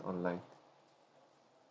online